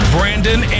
Brandon